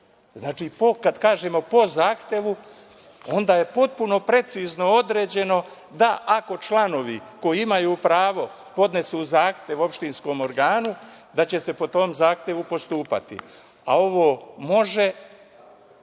Znači, kad kažemo – po zahtevu, onda je potpuno precizno određeno da ako članovi koji imaju pravo podnesu zahtev opštinskom organu, da će se po tom zahtevu postupati. A, ovo može,